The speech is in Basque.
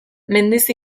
mendiz